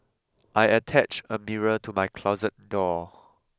I attach a mirror to my closet door